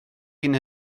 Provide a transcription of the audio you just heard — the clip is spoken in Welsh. cyn